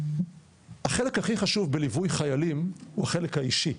החלק הכי חשוב בליווי חיילים הוא החלק האישי.